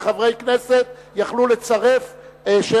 וחברי כנסת היו יכולים לצרף את זמנם,